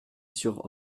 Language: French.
sur